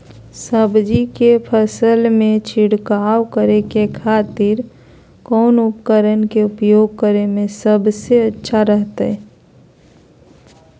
सब्जी के फसल में छिड़काव करे के खातिर कौन उपकरण के उपयोग करें में सबसे अच्छा रहतय?